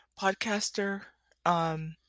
podcaster